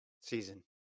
season